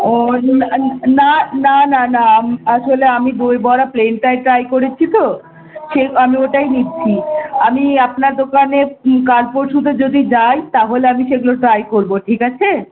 ও না না না না না না আসলে আমি দই বড়া প্লেনটাই ট্রাই করেছি তো সেই আমি ওটাই নিচ্ছি আমি আপনার দোকানে কাল পরশু যদি যাই তাহলে আমি সেগুলো আমি ট্রাই করবো ঠিক আছে